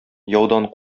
яудан